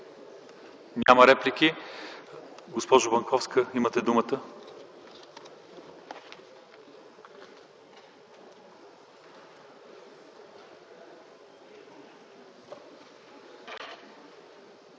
Няма реплики. Госпожо Банковска, имате думата.